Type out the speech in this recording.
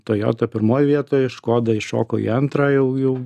toyota pirmoj vietoj škoda iššoko į antrą jau jau